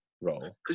role